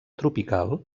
tropical